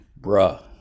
Bruh